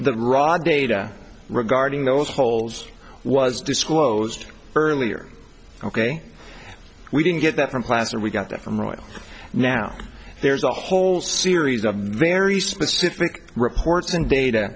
that raw data regarding those holes was disclosed earlier ok we didn't get that from class and we got it from royal now there's a whole series of very specific reports and data